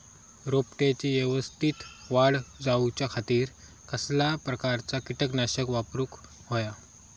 रोपट्याची यवस्तित वाढ जाऊच्या खातीर कसल्या प्रकारचा किटकनाशक वापराक होया?